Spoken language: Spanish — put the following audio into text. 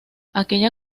aquella